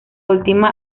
última